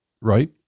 right